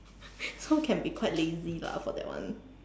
so can be quite lazy lah for that one